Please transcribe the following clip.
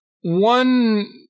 one